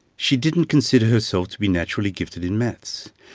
she didn't consider herself to be naturally gifted in maths,